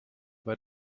bei